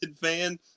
fan